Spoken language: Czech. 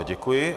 Děkuji.